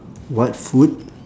what food